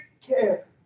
care